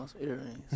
earrings